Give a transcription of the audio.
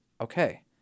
okay